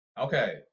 okay